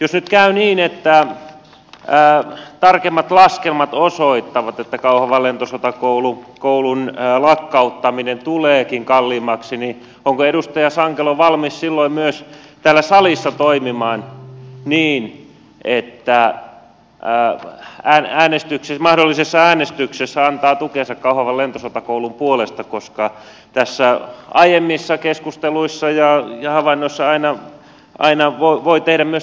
jos nyt käy niin että tarkemmat laskelmat osoittavat että kauhavan lentosotakoulun lakkauttaminen tuleekin kalliimmaksi onko edustaja sankelo valmis silloin myös täällä salissa toimimaan niin että mahdollisessa äänestyksessä antaa tukensa kauhavan lentosotakoulun puolesta koska aiemmissa keskusteluissa ja havainnoissa aina voi tehdä myös toisenlaisia havaintoja